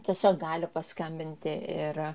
tiesiog gali paskambinti ir